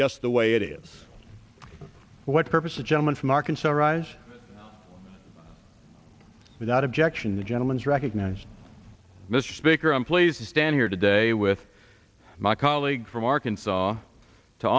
just the way it is what purpose a gentleman from arkansas rise without objection the gentleman is recognized mr speaker i'm pleased to stand here today with my colleague from arkansas to